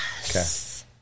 Yes